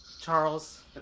Charles